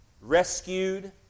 rescued